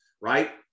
right